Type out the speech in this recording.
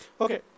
okay